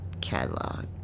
catalog